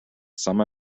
some